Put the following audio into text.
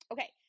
Okay